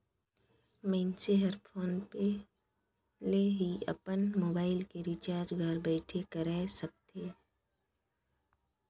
मइनसे हर फोन पे ले ही अपन मुबाइल के रिचार्ज घर बइठे कएर सकथे